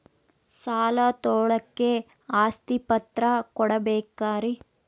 ಸಾಲ ತೋಳಕ್ಕೆ ಆಸ್ತಿ ಪತ್ರ ಕೊಡಬೇಕರಿ?